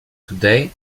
today